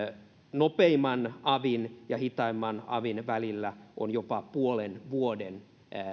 nopeimman avin ja hitaimman avin välillä on jopa puolen vuoden